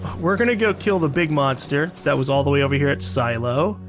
we're going to go kill the big monster. that was all the way over here at silo.